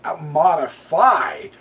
modify